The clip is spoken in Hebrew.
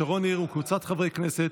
שרון ניר וקבוצת חברי הכנסת.